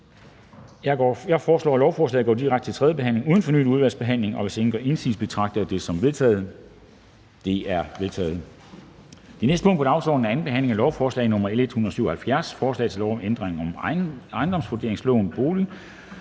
Jeg foreslår, at lovforslaget går direkte til tredje behandling uden fornyet udvalgsbehandling. Hvis ingen gør indsigelse, betragter jeg det som vedtaget. Det er vedtaget. --- Det næste punkt på dagsordenen er: 26) 2. behandling af lovforslag nr. L 189: Forslag til lov om ændring af udlændingeloven, lov